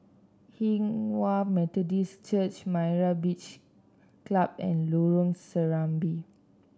Hinghwa Methodist Church Myra Beach Club and Lorong Serambi